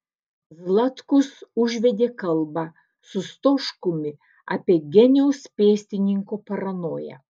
zlatkus užvedė kalbą su stoškumi apie geniaus pėstininko paranoją